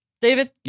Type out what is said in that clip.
David